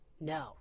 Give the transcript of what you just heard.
No